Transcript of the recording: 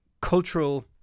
cultural